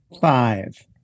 Five